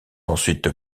ensuite